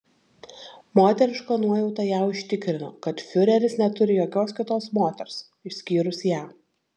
moteriška nuojauta ją užtikrino kad fiureris neturi jokios kitos moters išskyrus ją